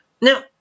Now